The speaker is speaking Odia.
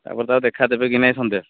ତା ପରେ ତ ଆଉ ଦେଖା ଦେବେ କି ନାଇ ସନ୍ଦେହ